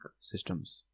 systems